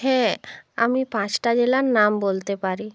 হ্যাঁ আমি পাঁচটা জেলার নাম বলতে পারি